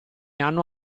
hanno